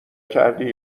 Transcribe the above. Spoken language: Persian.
کردی